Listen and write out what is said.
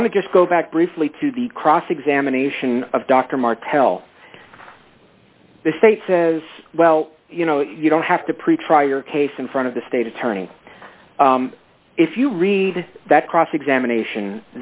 i want to just go back briefly to the cross examination of dr martell the state says well you know you don't have to pretrial your case in front of the state attorney if you read that cross examination